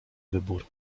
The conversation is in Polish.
wybór